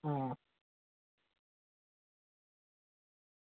आं